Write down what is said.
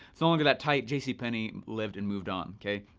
so longer that tight. jcpenney lived and moved on, kay?